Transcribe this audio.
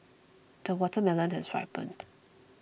the watermelon has ripened